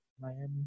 Miami